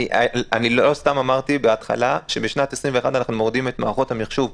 לא סתם אמרתי בהתחלה שבשנת 2021 אנחנו מורידים את מערכות המחשוב.